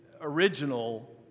original